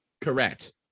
Correct